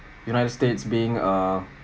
united states being a